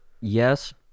yes